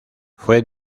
fue